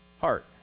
heart